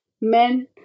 men